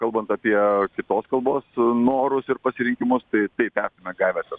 kalbant apie kitos kalbos norus ir pasirinkimus tai taip esame gavę ten